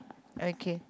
okay